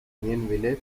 unionville